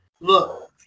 Look